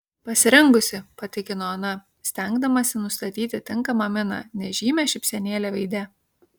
pasirengusi patikino ana stengdamasi nustatyti tinkamą miną nežymią šypsenėlę veide